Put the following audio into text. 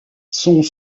sont